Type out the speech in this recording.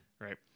Right